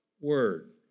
Word